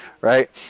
Right